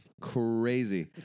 crazy